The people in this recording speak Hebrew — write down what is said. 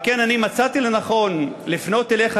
על כן אני מצאתי לנכון לפנות אליך